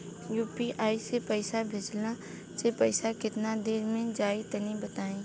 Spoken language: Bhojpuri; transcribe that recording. यू.पी.आई से पईसा भेजलाऽ से पईसा केतना देर मे जाई तनि बताई?